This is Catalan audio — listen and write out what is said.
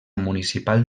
municipal